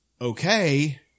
Okay